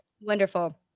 Wonderful